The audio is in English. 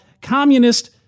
communist